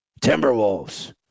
Timberwolves